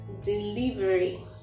delivery